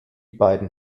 beiden